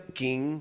king